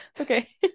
okay